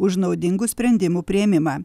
už naudingų sprendimų priėmimą